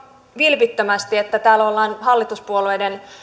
vilpittömästi että täällä ollaan hallituspuolueiden